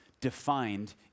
defined